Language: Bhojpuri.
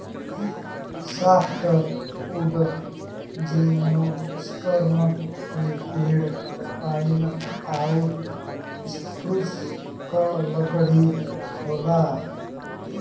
सॉफ्टवुड जिम्नोस्पर्म के पेड़ पाइन आउर स्प्रूस क लकड़ी होला